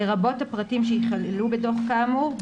לרבות הפרטים שייכללו בדוח כאמור,